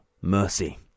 mercy